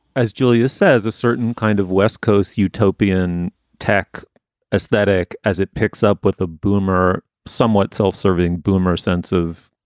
as julius says, a certain kind of west coast utopian tech aesthetic as it picks up with the boomer somewhat self-serving boomer sense of.